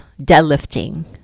deadlifting